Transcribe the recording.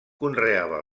conreava